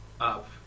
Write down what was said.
up